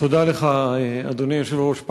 תודה לך, אדוני היושב-ראש.